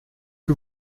que